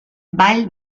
ball